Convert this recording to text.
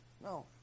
No